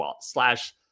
slash